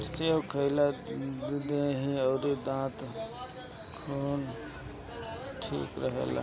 सेब खाए से देहि अउरी दांत दूनो ठीक रहेला